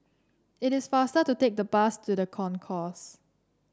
it is faster to take the bus to The Concourse